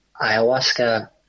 ayahuasca